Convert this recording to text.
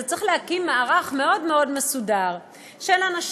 אתה צריך להקים מערך מאוד מסודר של אנשים,